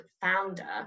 founder